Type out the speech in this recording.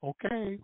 Okay